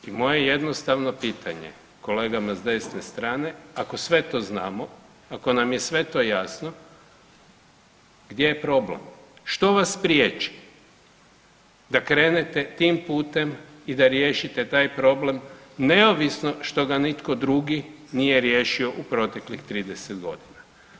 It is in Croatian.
I moje jednostavno pitanje kolegama s desne strane, ako sve to znamo, ako nam je sve to jasno, gdje je problem, što vas priječi da krenete tim putem i da riješite taj problem neovisno što ga nitko drugi nije riješio u proteklih 30.g.